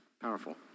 powerful